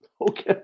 Okay